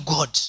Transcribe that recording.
God